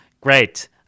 Great